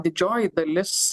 didžioji dalis